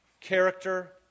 character